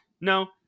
no